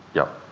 yep.